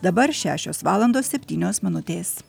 dabar šešios valandos septynios minutės